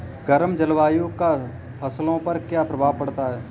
गर्म जलवायु का फसलों पर क्या प्रभाव पड़ता है?